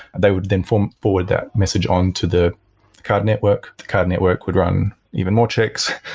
they would then forward forward that message on to the card network. the card network would run even more checks.